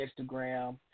Instagram